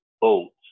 boats